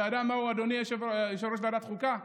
אתה יודע מהו, אדוני יושב-ראש ועדת החוקה?